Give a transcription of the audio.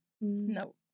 No